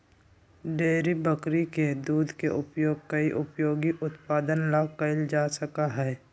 dairy बकरी के दूध के उपयोग कई उपयोगी उत्पादन ला कइल जा सका हई